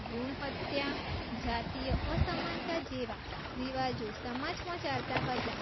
ભ્રૂણ હત્યા જાતીય અસમાનતા જેવા રિવાજો સમાજમાં ચાલતા હતા